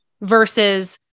versus